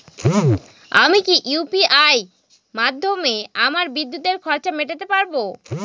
আমি কি ইউ.পি.আই মাধ্যমে আমার বিদ্যুতের খরচা মেটাতে পারব?